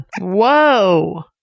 Whoa